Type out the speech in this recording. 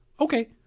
Okay